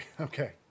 Okay